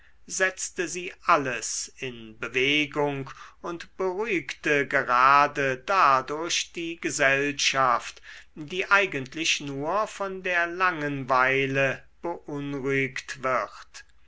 setzte sie alles in bewegung und beruhigte gerade dadurch die gesellschaft die eigentlich nur von der langenweile beunruhigt wird